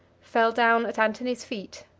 fell down at antony's feet,